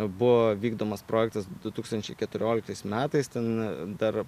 buvo vykdomas projektas du tūkstančiai keturioliktais metais ten dar